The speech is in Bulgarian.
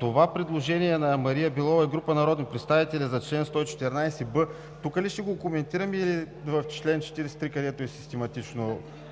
това предложение на Мария Белова и група народни представители за чл. 114б тук ли ще го коментираме или в чл. 43, където е систематично